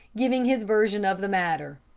giving his version of the matter.